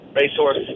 racehorse